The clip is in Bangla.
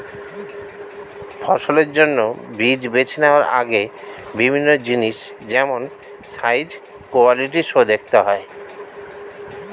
ফসলের জন্য বীজ বেছে নেওয়ার আগে বিভিন্ন জিনিস যেমন সাইজ, কোয়ালিটি সো দেখতে হয়